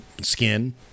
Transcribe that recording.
skin